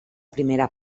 primera